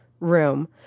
Room